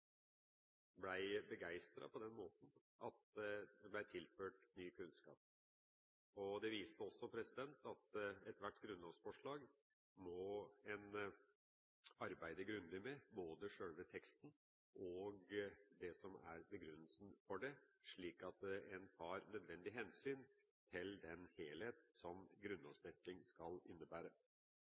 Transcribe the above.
det ble tilført ny kunnskap. Det viste også at ethvert grunnlovsforslag må en arbeide grundig med, både sjølve teksten og det som er begrunnelsen for det, slik at en tar nødvendig hensyn til den helhet som grunnlovfesting skal innebære.